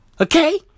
Okay